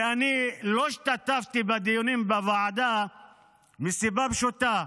ואני לא השתתפתי בדיונים בוועדה מסיבה פשוטה: